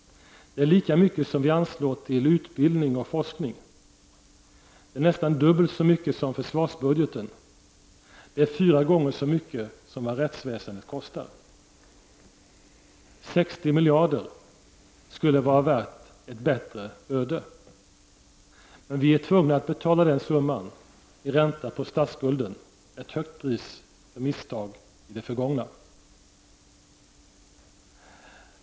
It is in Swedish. Det är lika mycket som vi anslår till utbildning och forskning. Det är nästan dubbelt så mycket som försvarsbudgeten. Det är fyra gånger så mycket som rättsväsendet kostar. 60 miljarder skulle vara värt ett bättre öde. Men vi är alltså tvungna at betala den summan i ränta på statsskulden, ett högt pris för misstag i det förgångna.